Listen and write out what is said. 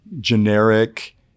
generic